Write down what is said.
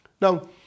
Now